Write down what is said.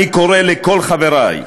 אני קורא לכל חברי,